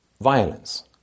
violence